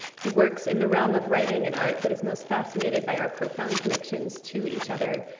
he works in the realm of writing and art, but is most fascinated by our profound connections to each other.